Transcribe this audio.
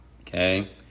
okay